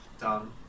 done